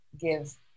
give